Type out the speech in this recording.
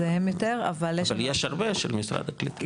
אבל יש הרבה של משרד הקליטה.